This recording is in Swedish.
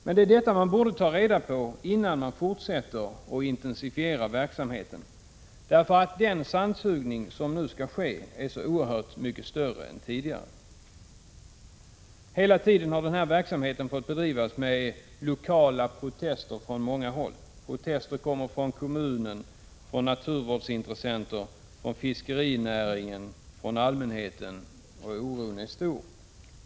Men det är detta man borde ta reda på innan man fortsätter att intensifiera verksamheten, eftersom den sandsugning som nu skall ske är så oerhört mycket större än den som har förekommit tidigare. Hela tiden har denna verksamhet fått bedrivas trots lokala protester från många håll. Protester kommer från kommunen, naturvårdsintressenter, fiskerinäringen och allmänheten, och oron är stor.